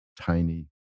tiny